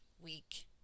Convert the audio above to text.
week